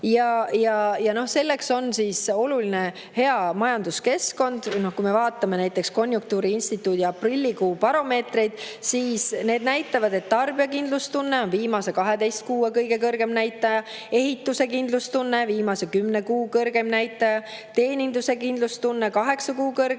Ja selleks on oluline hea majanduskeskkond. Kui me vaatame näiteks konjunktuuriinstituudi aprillikuu baromeetreid, siis need näitavad, et tarbija kindlustunne on viimase 12 kuu kõige kõrgem näitaja, ehituse kindlustunne on viimase kümne kuu kõrgeim näitaja, teeninduse kindlustunne on kaheksa